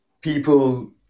people